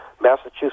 Massachusetts